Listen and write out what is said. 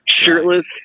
Shirtless